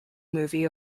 movie